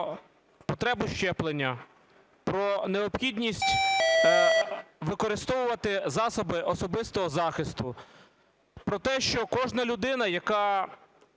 потребу щеплення, про необхідність використовувати засоби особистого захисту, про те, що кожна людина, яка